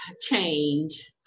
change